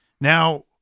Now